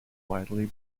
widely